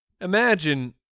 Imagine